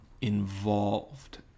involved